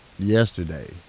yesterday